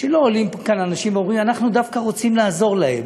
שלא עולים כאן אנשים ואומרים: אנחנו דווקא רוצים לעזור להם,